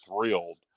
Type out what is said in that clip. thrilled